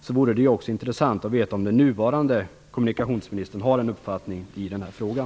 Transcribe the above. Det vore intressant att veta om den nuvarande kommunikationsministern också har en uppfattning i den här frågan.